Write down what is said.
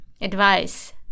advice